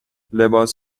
لباس